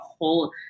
whole